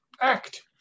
act